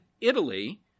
Italy